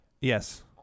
Yes